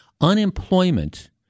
Unemployment